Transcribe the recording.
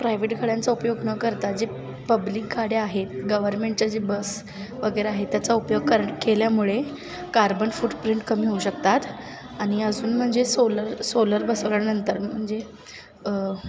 private गाड्यांचा उपयोग न करता जे पब्लिक गाड्या आहेत गव्हर्नमेंटच्या जे बस वगैरे आहेत त्याचा उपयोग कर केल्यामुळे कार्बन फुटप्रिंट कमी होऊ शकतात आणि अजून म्हणजे सोलर सोलर बसवल्यानंतर म्हणजे